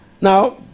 Now